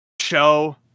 show